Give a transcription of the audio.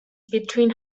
between